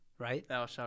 Right